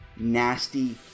nasty